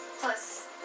Plus